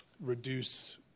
reduce